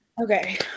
okay